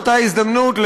באותה הזדמנות,